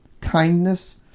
kindness